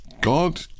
God